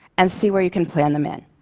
and see where you can plan them in.